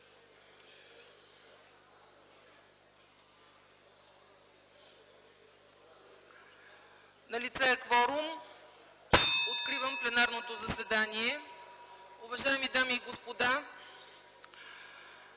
Налице е кворум. Откривам пленарното заседание. (Звъни.) Уважаеми дами и господа,